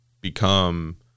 become –